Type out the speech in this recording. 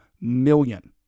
million